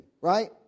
right